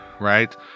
right